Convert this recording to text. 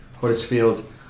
Huddersfield